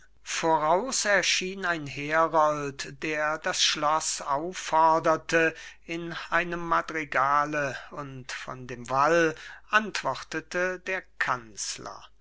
voraus erschien ein herold der das schloß aufforderte in einem madrigale und von dem wall antwortete der kanzler